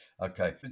okay